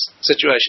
situation